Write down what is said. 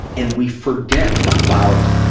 and we forget about